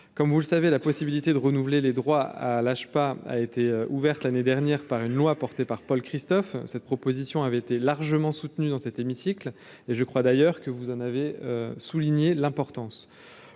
comme vous le savez, la possibilité de renouveler les droits à l'AFPA a été ouverte l'année dernière par une loi portée par Paul Christophe, cette proposition avait été largement soutenue dans cet hémicycle, et je crois d'ailleurs que vous en avez souligné l'importance